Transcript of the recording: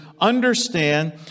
understand